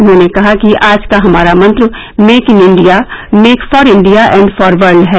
उन्होंने कहा कि आज का हमारा मंत्र make in India make for India and for world है